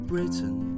Britain